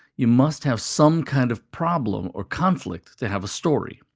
you must have some kind of problem or conflict to have a story.